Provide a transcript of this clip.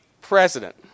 president